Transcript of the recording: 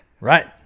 Right